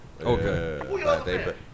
Okay